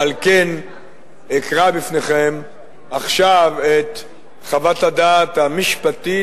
לכן אקרא בפניכם עכשיו את חוות הדעת המשפטית,